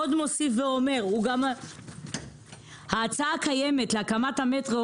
עוד מוסיף ואומר: ההצעה הקיימת להקמת המטרו